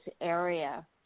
area